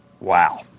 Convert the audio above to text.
Wow